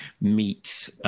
meet